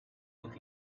look